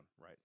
right